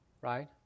right